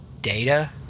data